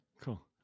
cool